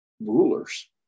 rulers